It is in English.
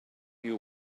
you